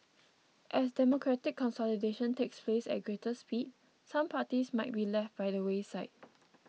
as democratic consolidation takes place at greater speed some parties might be left by the wayside